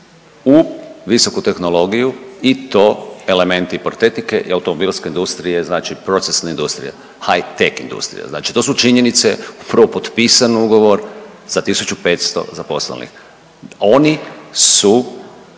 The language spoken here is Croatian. u visoku tehnologiju i to elementi protetike i automobilske industrije znači procesne industrije hi tech industrije znači to su činjenice, prvo potpisan ugovor za 1500 zaposlenih. Oni su